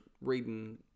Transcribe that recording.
reading